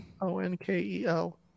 O-N-K-E-L